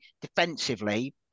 defensively